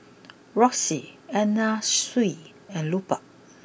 Roxy Anna Sui and Lupark